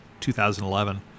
2011